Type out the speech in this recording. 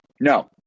No